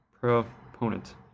proponent